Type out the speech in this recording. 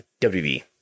WB